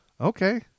okay